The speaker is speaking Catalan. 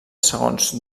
segons